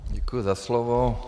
Děkuji za slovo.